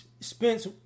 Spence